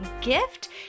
gift